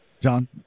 John